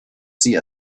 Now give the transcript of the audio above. see